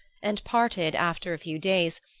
and parted, after a few days,